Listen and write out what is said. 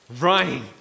Ryan